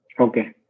Okay